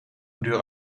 duur